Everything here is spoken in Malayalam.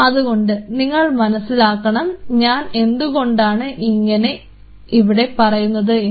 അതുകൊണ്ട് നിങ്ങൾ മനസ്സിലാക്കണം ഞാൻ എന്തുകൊണ്ടാണ് ഇതൊക്കെ ഇവിടെ പറയുന്നത് എന്ന്